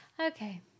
Okay